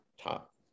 top